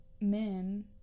men